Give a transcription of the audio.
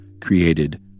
created